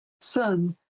son